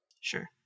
Sure